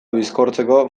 bizkortzeko